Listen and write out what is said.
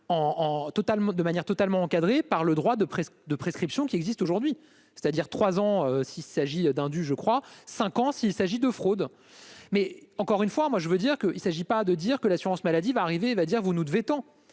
de manière totalement encadrée par le droit de presque de prescriptions qui existe aujourd'hui, c'est-à-dire 3 ans s'il s'agit d'un du je crois 5 ans s'il s'agit de fraude, mais encore une fois, moi, je veux dire que il s'agit pas de dire que l'assurance maladie va arriver, il va dire vous nous devez tant